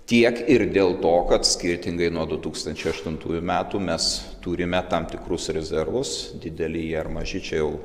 tiek ir dėl to kad skirtingai nuo du tūkstančiai aštuntųjų metų mes turime tam tikrus rezervus dideli jie ar maži čia jau